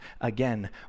again